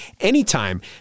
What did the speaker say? anytime